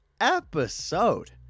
episode